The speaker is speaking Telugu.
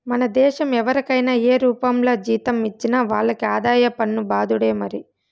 మన దేశం ఎవరికైనా ఏ రూపంల జీతం ఇచ్చినా వాళ్లకి ఆదాయ పన్ను బాదుడే మరి